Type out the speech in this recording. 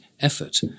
effort